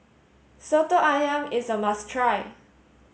Soto Ayam is a must try